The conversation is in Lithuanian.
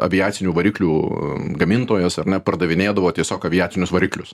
aviacinių variklių gamintojas ar ne pardavinėdavo tiesiog aviacinius variklius